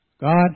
God